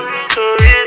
stories